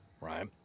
right